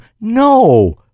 no